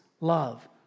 love